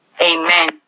Amen